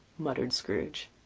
muttered scrooge.